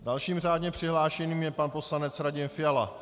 Dalším řádně přihlášeným je pan poslanec Radim Fiala.